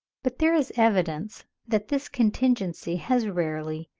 but there is evidence that this contingency has rarely,